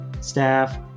staff